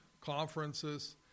conferences